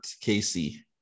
Casey